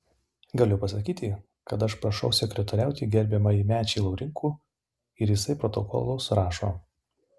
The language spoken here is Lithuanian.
galiu pasakyti kad aš prašau sekretoriauti gerbiamąjį mečį laurinkų ir jisai protokolus rašo